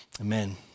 Amen